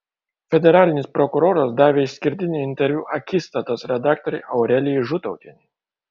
federalinis prokuroras davė išskirtinį interviu akistatos redaktorei aurelijai žutautienei